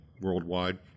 worldwide